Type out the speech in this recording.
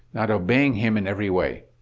not obeying him in every way.